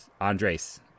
Andres